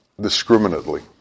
discriminately